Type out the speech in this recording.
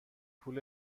پول